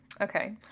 Okay